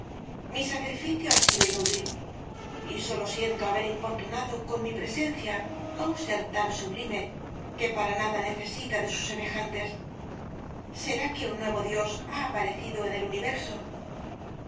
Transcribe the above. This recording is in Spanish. mi sacrificio ha sido inútil y sólo siento haber importunado con mi presencia á un ser tan sublime que para nada necesita de sus semejantes será que un nuevo dios ha aparecido en el universo